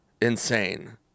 insane